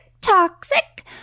toxic